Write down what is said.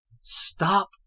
stop